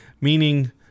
Meaning